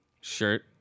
shirt